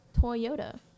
Toyota